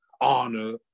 honor